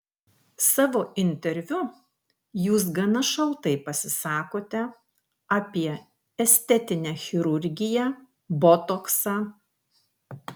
savo interviu jūs gana šaltai pasisakote apie estetinę chirurgiją botoksą